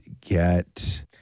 get